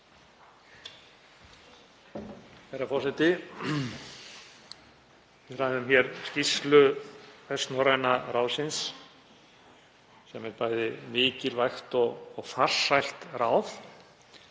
Herra forseti. Við ræðum hér skýrslu Vestnorræna ráðsins sem er bæði mikilvægt og farsælt ráð.